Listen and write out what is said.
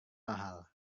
mahal